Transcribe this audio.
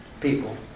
people